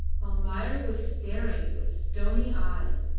almayer was staring with stony eyes,